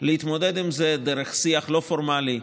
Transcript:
להתמודד עם זה דרך שיח לא פורמלי,